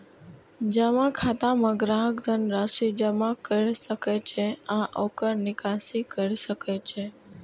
जमा खाता मे ग्राहक धन राशि जमा कैर सकै छै आ ओकर निकासी कैर सकै छै